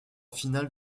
finale